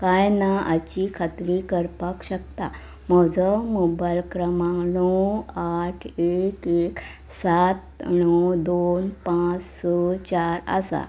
काय ना हाची खात्री करपाक शकता म्हजो मोबायल क्रमांक णव आठ एक सात णव दोन पांच स चार आसा